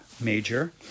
major